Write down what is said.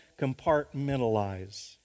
compartmentalize